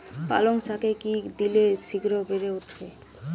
পালং শাকে কি দিলে শিঘ্র বেড়ে উঠবে?